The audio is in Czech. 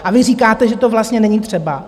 A vy říkáte, že to vlastně není třeba.